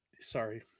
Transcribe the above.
sorry